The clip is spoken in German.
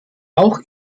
auch